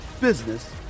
business